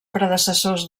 predecessors